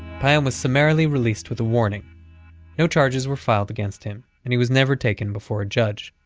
payam was summarily released with a warning no charges were filed against him, and he was never taken before a judge.